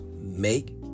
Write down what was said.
make